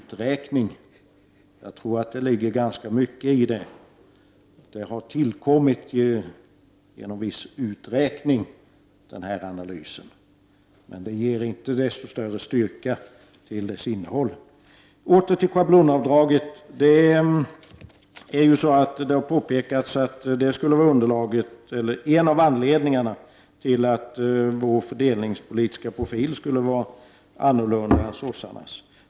Det ligger nog ganska mycket i det; analysen har tillkommit med viss uträkning, men det ger ingen styrka till dess innehåll. Det har ju påpekats att det skulle vara en av anledningarna till att vår fördelningspolitiska profil är en annan än sossarnas.